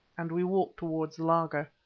and we walked towards the laager.